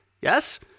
Yes